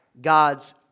God's